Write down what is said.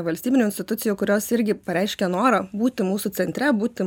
valstybinių institucijų kurios irgi pareiškė norą būti mūsų centre būti